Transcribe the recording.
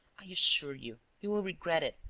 i assure you, you will regret it.